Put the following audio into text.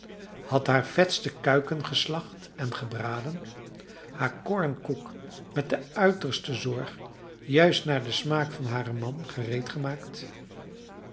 had haar vetste kuiken geslacht en gebraden haar koornkoek met de uiterste zorg juist naar den smaak van haren man